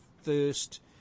first